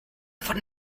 von